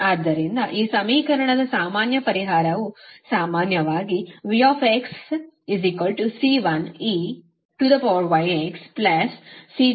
ಆದ್ದರಿಂದ ಈ ಸಮೀಕರಣದ ಸಾಮಾನ್ಯ ಪರಿಹಾರವು ಸಾಮಾನ್ಯವಾಗಿ VxC1eγxC2e γx ಗೆ ಸಮಾನವಾಗಿರುತ್ತದೆ